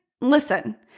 listen